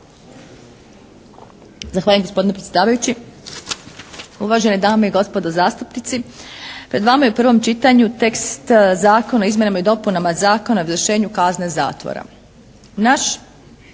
Zahvaljujem gospodine predsjedavajući, uvažene dame i gospodo zastupnici. Pred vama je u prvom čitanju tekst Zakona o izmjenama i dopunama Zakona o izvršenju kazne zatvora. Naš